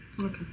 Okay